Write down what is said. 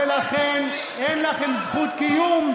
ולכן אין לכם זכות קיום,